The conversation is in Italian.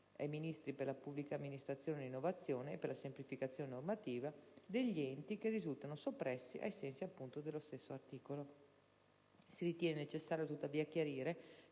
Si ritiene necessario, tuttavia, chiarire